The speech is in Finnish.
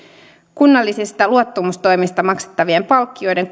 kunnallisista luottamustoimista maksettavien palkkioiden